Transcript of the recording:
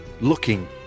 looking